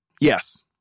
yes